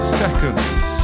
seconds